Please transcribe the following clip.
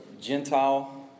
Gentile